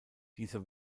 dieser